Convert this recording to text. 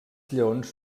lleons